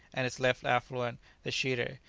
and its left affluent the shire,